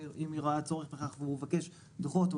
אם הוא רואה צורך בכך כדי לבקש דוחות או